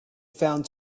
found